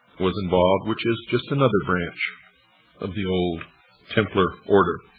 was involved, which is just another branch of the old templar order.